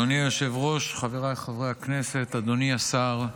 אדוני היושב-ראש, חבריי חברי הכנסת, אדוני השר,